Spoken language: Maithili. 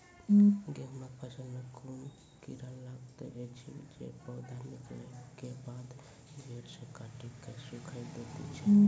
गेहूँमक फसल मे कून कीड़ा लागतै ऐछि जे पौधा निकलै केबाद जैर सऽ काटि कऽ सूखे दैति छै?